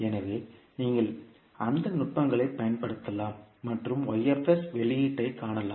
எனவே நீங்கள் அந்த நுட்பங்களைப் பயன்படுத்தலாம் மற்றும் வெளியீட்டைக் காணலாம்